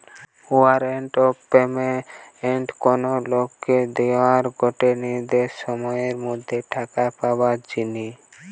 warrant of payment কোনো লোককে দোয়া গটে নির্দিষ্ট সময়ের মধ্যে টাকা পাবার জিনে